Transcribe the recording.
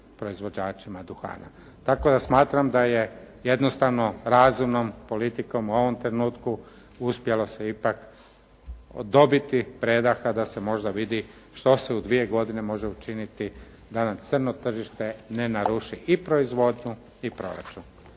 proizvođačima duhana. Tako da smatram da je jednostavno razumnom politikom u ovom trenutku uspjelo se ipak dobiti predaha da se možda vidi što se u dvije godine može učiniti da nam crno tržište ne naruši i proizvodnju i proračun.